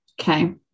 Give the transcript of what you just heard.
Okay